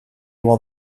while